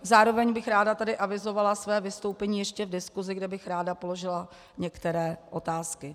Zároveň bych ráda tady avizovala své vystoupení ještě v diskusi, kde bych ráda položila některé otázky.